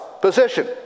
position